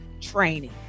training